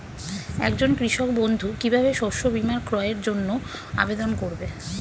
একজন কৃষক বন্ধু কিভাবে শস্য বীমার ক্রয়ের জন্যজন্য আবেদন করবে?